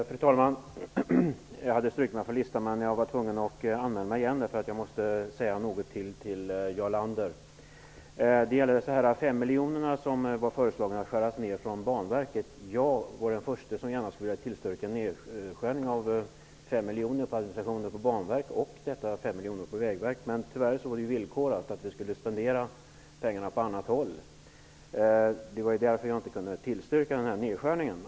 Fru talman! Jag hade strukit mig från talarlistan men var tvungen att anmäla mig igen, eftersom jag måste få säga något till Jarl Lander. Det föreslogs att Banverket skulle skäras ned med 5 miljoner kronor. Jag skulle vara den förste att tillstyrka en nedskärning av Banverkets administration och Vägverket med 5 miljoner vardera, om inte villkoret tyvärr hade varit att pengarna skulle spenderas på annat håll. Därför kunde jag inte tillstyrka nedskärningen.